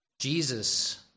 Jesus